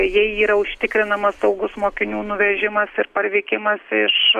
jei yra užtikrinamas saugus mokinių nuvežimas ir parvykimas iš